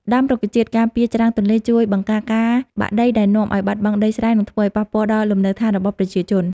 ដាំរុក្ខជាតិការពារច្រាំងទន្លេជួយបង្ការការបាក់ដីដែលនាំឱ្យបាត់បង់ដីស្រែ និង ធ្វើឱ្យប៉ះពាល់ដល់លំនៅឋានរបស់ប្រជាជន។